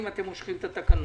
האם אתם תמשכו את התקנות?